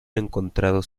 encontrados